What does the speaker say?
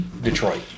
Detroit